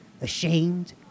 ashamed